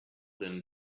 then